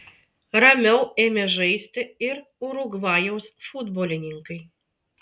ramiau ėmė žaisti ir urugvajaus futbolininkai